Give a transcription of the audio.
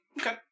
Okay